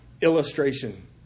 illustration